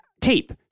tape